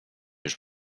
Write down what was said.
już